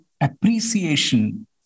appreciation